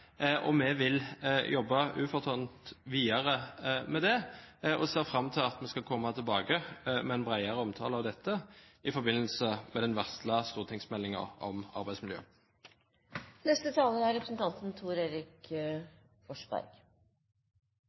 og vi vil jobbe ufortrødent videre med det. Og vi ser fram til at man kommer tilbake med en bredere omtale av dette i forbindelse med den varslede stortingsmeldingen om